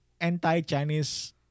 anti-Chinese